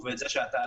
בלי לכתוב את